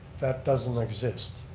that doesn't exist.